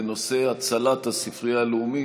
בנושא: הצלת הספרייה הלאומית.